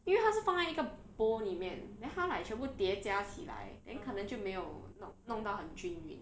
因为他是放在一个 bowl 里面 then 他 like 全部叠加起来 then 可能就没有弄弄到很均匀